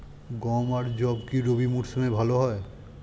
গম আর যব কি রবি মরশুমে ভালো হয়?